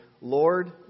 Lord